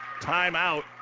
timeout